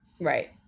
Right